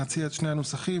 נציע את שני הנוסחים.